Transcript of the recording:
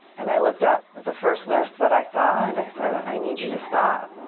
and i looked up at the first nurse that i saw, and i said, i i need you to stop.